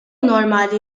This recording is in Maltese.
normali